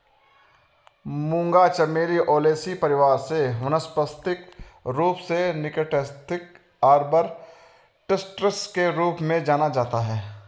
मूंगा चमेली ओलेसी परिवार से वानस्पतिक रूप से निक्टेन्थिस आर्बर ट्रिस्टिस के रूप में जाना जाता है